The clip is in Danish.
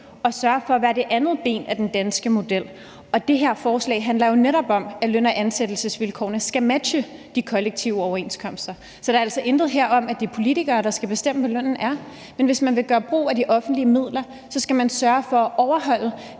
at sørge for at være det andet ben af den danske model, og det her forslag handler jo netop om, at løn- og ansættelsesvilkårene skal matche de kollektive overenskomster. Så her er der altså intet om, at det er politikere, der skal bestemme, hvad lønnen skal være, men hvis man vil gøre brug af de offentlige midler, skal man sørge for at overholde